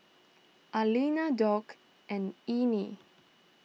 Aliana Dock and Ernie